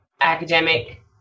academic